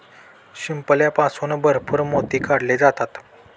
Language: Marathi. शिंपल्यापासून भरपूर मोती काढले जातात